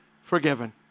forgiven